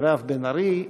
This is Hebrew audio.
מירב בן ארי,